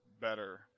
better